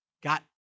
got